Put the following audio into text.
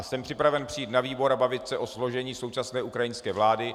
Jsem připraven přijít na výbor a bavit se o složení současné ukrajinské vlády.